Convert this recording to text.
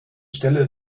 stelle